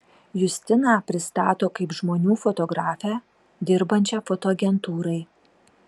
justiną pristato kaip žmonių fotografę dirbančią fotoagentūrai